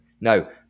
No